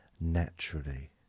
naturally